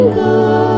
go